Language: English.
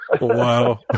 Wow